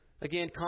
again